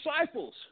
disciples